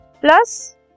plus